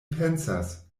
pensas